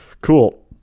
Cool